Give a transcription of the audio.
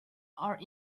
are